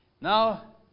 Now